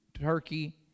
Turkey